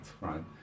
right